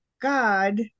god